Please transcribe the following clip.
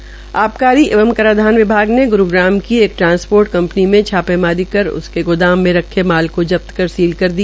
हरियाणा आबकारी एवं कराधान विभाग ने गुरुग्राम की एक ट्रांसपोर्ट कंपनी में छापेमारी की और उसके गोदाम में रखे माल को सील कर दिया